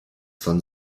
von